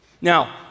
Now